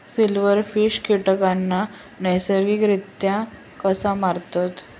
Silverfish कीटकांना नैसर्गिकरित्या कसा मारतत?